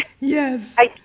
Yes